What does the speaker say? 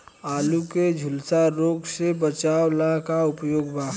आलू के झुलसा रोग से बचाव ला का उपाय बा?